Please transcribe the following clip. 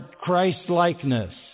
Christ-likeness